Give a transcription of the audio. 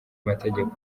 mategeko